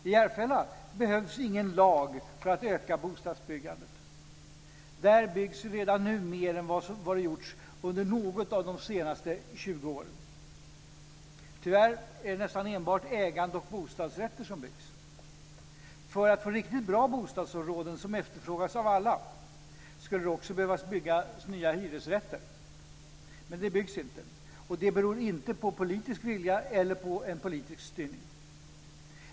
I Järfälla behövs ingen lag för att öka bostadsbyggandet. Där byggs redan nu mer än vad som gjorts under något av de senaste 20 åren. Tyvärr är det nästan enbart ägande och bostadsrätter som byggs. För att få riktigt bra bostadsområden, som efterfrågas av alla, skulle det också behöva byggas nya hyresrätter. Men det byggs inte, och det beror inte på politisk vilja eller på en politisk styrning.